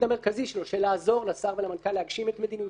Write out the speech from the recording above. התפקיד המרכזי שלו לעזור לשר ולמנכ"ל להגשים את מדיניותם,